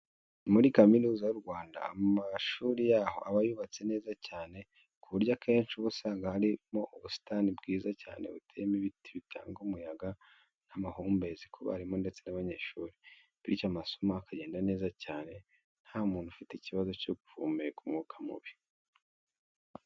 Muri Kaminuza y'u Rwanda, amashuri yaho aba yubatse neza cyane ku buryo akenshi uba usanga harimo ubusitani bwiza cyane buteyemo n'ibiti bitanga umuyaga n'amahumbezi ku barimu ndetse n'abanyeshuri, bityo amasomo akagenda neza cyane nta muntu ufite ikibazo cyo guhumeka umwuka mubi.